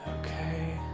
Okay